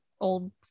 old